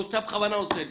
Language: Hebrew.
או שאתה בכוונה עושה לי.